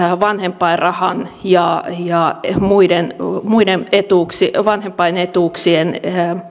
vanhempainrahan ja ja muiden muiden vanhempainetuuksien